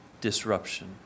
Disruption